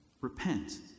Repent